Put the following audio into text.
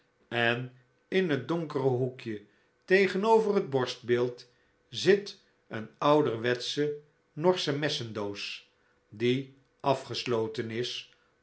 en in het donkere hoekje tegenover het borstbeeld zit een oudcrwetsche norsche messendoos die afgesloten is